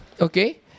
okay